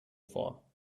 vor